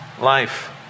life